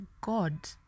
God